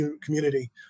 community